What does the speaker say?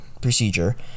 procedure